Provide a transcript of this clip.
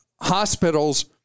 hospitals